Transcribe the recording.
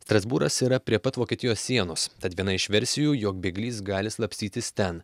strasbūras yra prie pat vokietijos sienos tad viena iš versijų jog bėglys gali slapstytis ten